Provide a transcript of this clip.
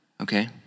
okay